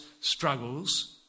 struggles